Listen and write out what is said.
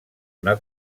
una